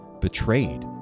betrayed